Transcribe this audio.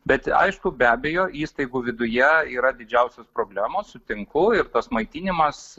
bet aišku be abejo įstaigų viduje yra didžiausios problemos sutinku ir tas maitinimas